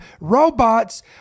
robots